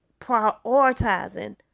prioritizing